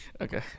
okay